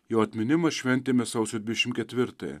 jo atminimą šventėme sausio dvidešim ketvirtąją